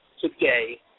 today